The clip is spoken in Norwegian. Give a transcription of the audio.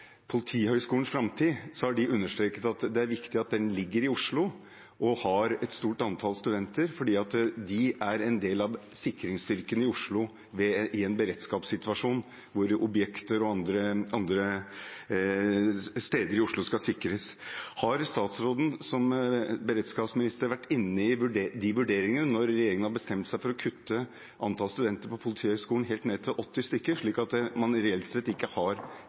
Politihøgskolens framtid, understreket at det er viktig at den ligger i Oslo og har et stort antall studenter, fordi de er en del av sikringsstyrken i Oslo i en beredskapssituasjon der objekter og andre steder i Oslo skal sikres. Har statsråden som beredskapsminister vært inne i vurderingene når regjeringen har bestemt seg for å kutte antall studenter ved Politihøgskolen helt ned til 80 stykker, slik at man reelt sett ikke har